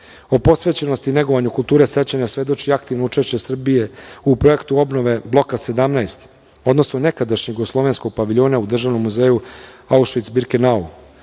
posvećenosti negovanju kulture sećanja svedoči aktivno učešće Srbije u projektu obnove Bloka 17, odnosno nekadašnjeg jugoslovenskog paviljona u državnom muzeju Aušvic birkenau,